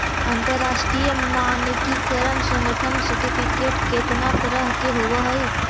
अंतरराष्ट्रीय मानकीकरण संगठन सर्टिफिकेट केतना तरह के होब हई?